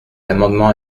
l’amendement